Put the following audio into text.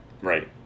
Right